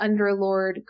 underlord